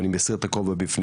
אני מסיר את הכובע בפניהם.